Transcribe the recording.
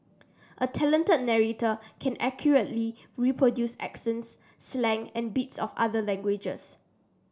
a talented narrator can accurately reproduce accents slang and bits of other languages